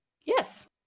Yes